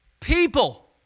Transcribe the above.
people